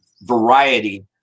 variety